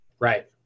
Right